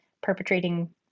perpetrating